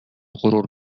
غرور